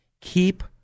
Keep